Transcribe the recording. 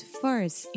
first